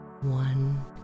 one